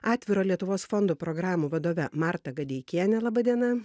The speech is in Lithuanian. atviro lietuvos fondo programų vadove marta gadeikienė laba diena